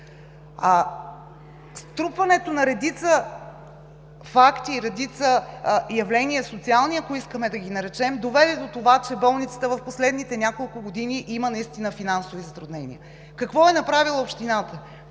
Струпването на редица факти и редица явления – социални, ако искаме да ги наречем, доведе до това, че болницата в последните няколко години има наистина финансови затруднения. Какво е направила общината?